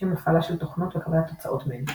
הפעלה של תוכנות וקבלת תוצאות מהן.